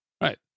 Right